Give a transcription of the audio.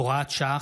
הוראת שעה,